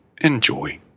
Enjoy